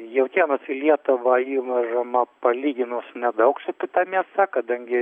jautienos į lietuvą įvažama palyginus nedaug su kita mėsa kadangi